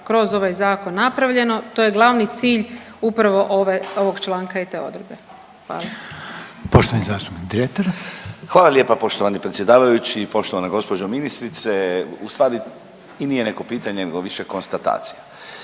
kroz ovaj zakon napravljeno, to je glavni cilj upravo ovog članka i te odredbe. Hvala. **Reiner, Željko (HDZ)** Poštovani zastupnik Dretar. **Dretar, Davor (DP)** Hvala lijepa. Poštovani predsjedavajući, poštovana gospođo ministrice. Ustvari i nije neko pitanje nego više konstatacija.